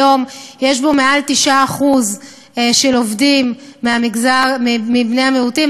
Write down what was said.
היום יש בו מעל 9% עובדים מבני המיעוטים,